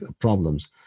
problems